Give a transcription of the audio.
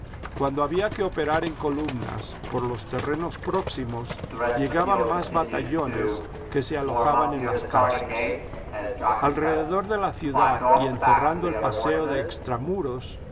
cuando había que operar en columnas por los terrenos próximos llegaban más batallones que se alojaban en las casas alrededor de la ciudad y encerrando el paseo de